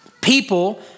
people